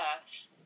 earth